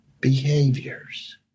behaviors